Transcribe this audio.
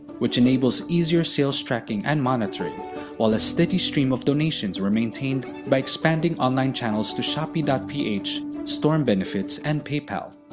which enables easier sales-tracking and monitoring while a steady stream of donations were maintained by expanding online channels to shopee ph, storm benefits, and paypal.